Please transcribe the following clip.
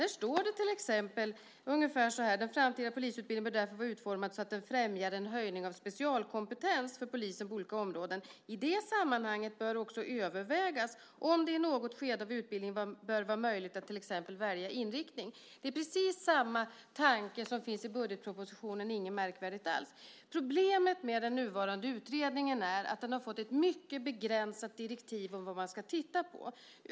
Där står det till exempel ungefär så här: Den framtida polisutbildningen bör därför vara utformad så att den främjar en höjning av specialkompetens för poliser på olika områden. I det sammanhanget bör också övervägas om det i något skede av utbildningen bör vara möjligt att till exempel välja inriktning. Det är precis samma tanke som finns i budgetpropositionen. Det är inget märkvärdigt alls. Problemet med den nuvarande utredningen är att den har fått ett mycket begränsat direktiv för vad man ska titta på.